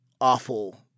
awful